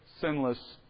sinless